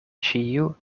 ĉiu